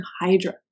Hydra